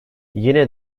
yine